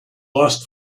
lost